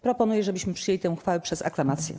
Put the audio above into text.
Proponuję, żebyśmy przyjęli tę uchwałę przez aklamację.